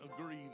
agree